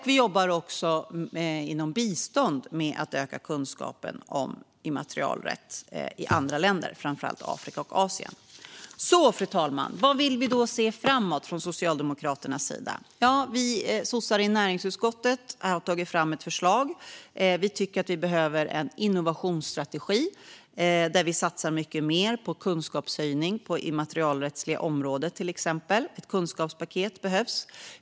Vi jobbar också inom biståndet med att öka kunskapen om immaterialrätt i andra länder, framför allt i Afrika och Asien. Fru talman! Vad vill vi då se framöver från Socialdemokraternas sida? Vi sossar i näringsutskottet har tagit fram ett förslag. Vi tycker att vi behöver en innovationsstrategi där vi satsar mycket mer på kunskapshöjning på till exempel det immaterialrättsliga området. Ett kunskapspaket behövs.